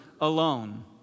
alone